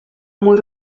muy